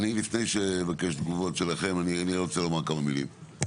אני לפני שאבקש תגובות שלכם אני רוצה לומר כמה מילים,